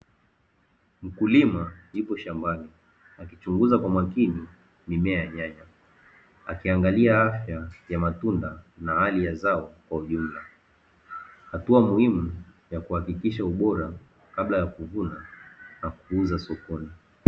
Mkulima akichunguza kwa makini akiangalia hali ya matunda na hali ya tunda kwa ujumla kabla ya kuuza sokoni